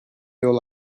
yol